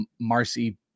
Marcy